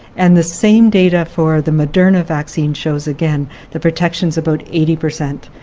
and the same data for the moderna vaccine shows again the protections about eighty per cent.